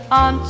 on